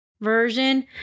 version